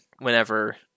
whenever